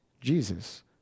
Jesus